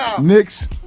Knicks